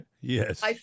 Yes